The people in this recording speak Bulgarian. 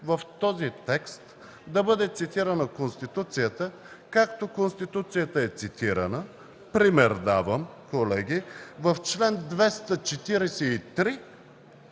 в този текст да бъде цитирана Конституцията, както Конституцията е цитирана, пример давам, колеги – в чл. 243